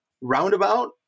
roundabout